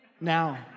Now